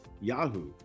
Yahoo